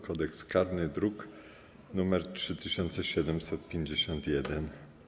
Kodeks karny (druk nr 3751)